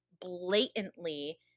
blatantly